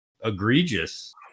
egregious